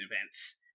events